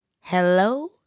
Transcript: hello